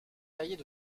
taillées